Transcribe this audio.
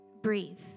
Breathe